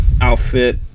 outfit